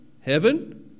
heaven